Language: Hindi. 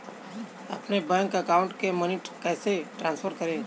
अपने बैंक अकाउंट से मनी कैसे ट्रांसफर करें?